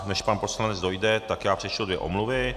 Než pan poslanec dojde, tak já přečtu dvě omluvy.